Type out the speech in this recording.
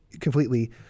completely